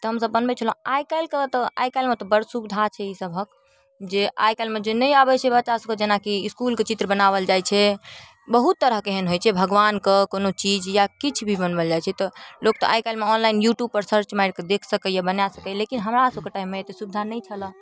तऽ हमसभ बनबै छलहुँ आइकाल्हिके तऽ आइकाल्हि तऽ बड़ सुविधा छै एहिसभके जे आइकाल्हिमे जे नहि आबै छै बच्चासभके जेनाकि इसकुलके चित्र बनाओल जाइ छै बहुत तरहके एहन होइ छै भगवानके कोनो चीज या किछु भी बनाएल जाइ छै तऽ लोक तऽ आइकाल्हिमे ऑनलाइन यूट्यूबपर सर्च मारिकऽ देख सकैए बना सकैए लेकिन हमरासभके टाइममे एतेक सुविधा नहि छलै